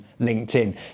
LinkedIn